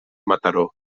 mataró